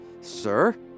Sir